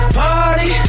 party